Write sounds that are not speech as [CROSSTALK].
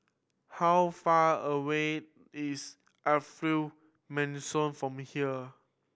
how far away is [UNINTELLIGIBLE] Mansion from here